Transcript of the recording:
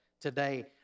today